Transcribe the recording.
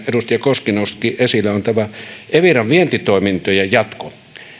edustaja koski nosti esille on eviran vientitoimintojen jatko